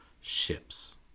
ships